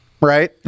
right